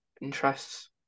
interests